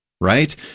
right